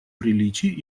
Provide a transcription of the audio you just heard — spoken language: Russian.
приличий